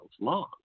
long